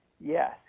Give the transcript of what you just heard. Yes